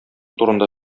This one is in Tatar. турында